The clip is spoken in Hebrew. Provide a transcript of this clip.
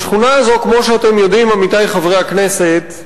בשכונה הזו, כמו שאתם יודעים, עמיתי חברי הכנסת,